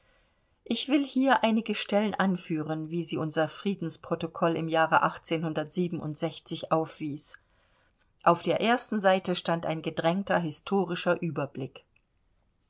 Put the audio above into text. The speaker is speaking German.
ich will hier einige stellen anführen wie sie unser friedensprotokoll im jahre aufwies auf der ersten seite stand ein gedrängter historischer überblick